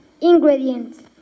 Ingredients